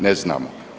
Ne znamo.